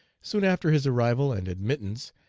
soon after his arrival, and admittance,